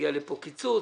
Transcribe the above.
יגיע לכאן קיצוץ,